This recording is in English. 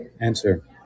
Answer